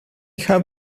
have